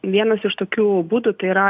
vienas iš tokių būdų tai yra